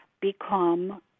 become